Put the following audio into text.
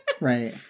Right